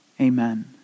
Amen